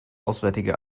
auswärtige